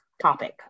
topic